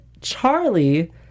Charlie